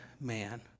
man